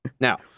Now